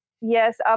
Yes